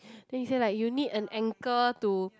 then he say like you need an anger to